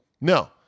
No